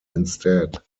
instead